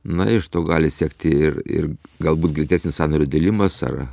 na iš to gali sekti ir ir galbūt greitesnis sąnario dilimas ar